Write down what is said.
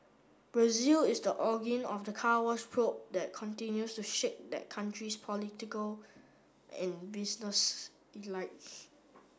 Brazil is the of the Car Wash probe that continues to shake that country's political and business